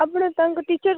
ଆପଣ ତାଙ୍କ ଟିଚର୍